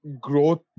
growth